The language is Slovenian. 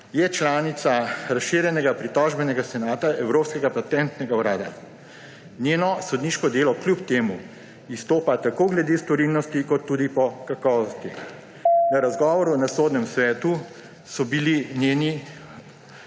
Je članica Razširjenega pritožbenega senata Evropskega patentnega urada. Njeno sodniško delo kljub temu izstopa tako glede storilnosti kot tudi po kakovosti. Na razgovoru na Sodnem svetu so bili njeni